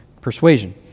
persuasion